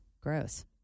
Gross